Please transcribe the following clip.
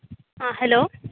ആ ഹലോ